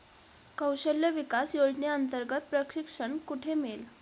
कौशल्य विकास योजनेअंतर्गत प्रशिक्षण कुठे मिळेल?